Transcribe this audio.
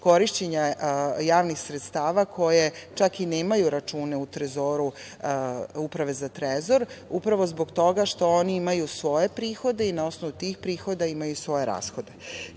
korišćenja javnih sredstava koje čak i nemaju račune u Upravi za trezor upravo zbog toga što oni imaju svoje prihode i na osnovu tih prihoda imaju svoje rashode. Kada